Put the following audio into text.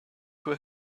her